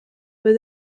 were